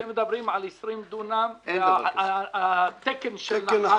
אתם מדברים על 20 דונם, ועל התקן של נחלה.